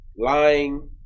lying